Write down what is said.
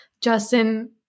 Justin